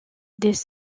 des